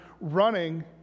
running